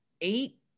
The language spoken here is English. Eight